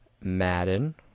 madden